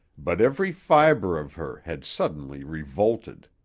but every fiber of her had suddenly revolted.